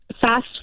Fast